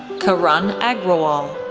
karan agrawal,